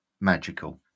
Magical